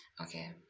okay